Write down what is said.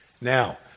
Now